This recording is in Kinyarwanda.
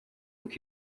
uko